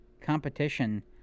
competition